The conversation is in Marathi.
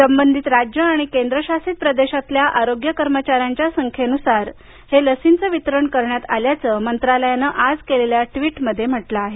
संबंधित राज्य आणि केंद्र शासित प्रदेशातल्या आरोग्य कर्मचाऱ्यांच्या संख्येनुसार हे लसींचं वितरण करण्यात आल्याचं मंत्रालयानं आज केलेल्या ट्वीटमध्ये म्हटलं आहे